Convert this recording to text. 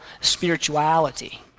spirituality